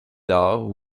lors